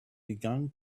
begun